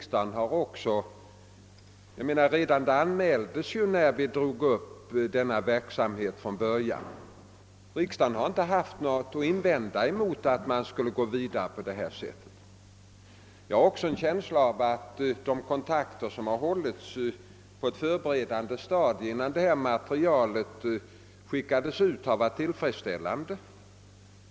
Saken anmäldes ju när vi drog upp riktlinjerna för lokaliseringspolitiken och riksdagen har inte haft något att invända mot att vi skulle gå vidare på detta sätt. Jag har också intrycket att de kontakter som tagits på ett förberedande stadium, innan materialet skickades ut, har varit tillfredsställande.